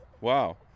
Wow